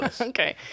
Okay